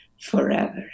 forever